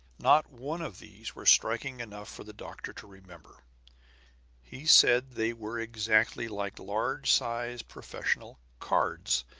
not one of these were striking enough for the doctor to remember he said they were exactly like large-size professional cards,